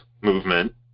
movement